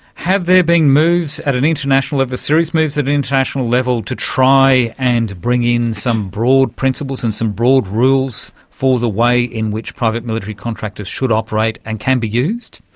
have there been moves at an international level. serious moves at an international level to try and bring in some broad principles and some broad rules for the way in which private military contractors should operate and can be used?